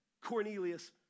Cornelius